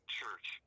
church